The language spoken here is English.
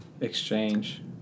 exchange